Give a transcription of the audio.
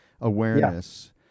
awareness